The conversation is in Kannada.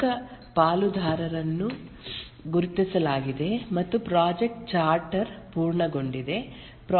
ಪ್ರಮುಖ ಪಾಲುದಾರರನ್ನು ಗುರುತಿಸಲಾಗಿದೆ ಮತ್ತು ಪ್ರಾಜೆಕ್ಟ್ ಚಾರ್ಟರ್ ಪೂರ್ಣಗೊಂಡಿದೆ